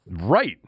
Right